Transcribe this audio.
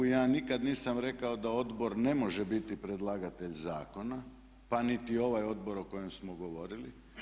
Ja nikad nisam rekao da odbor ne može biti predlagatelj zakona, pa niti ovaj odbor o kojem smo govorili.